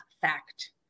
fact